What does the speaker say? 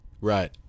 Right